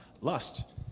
Lust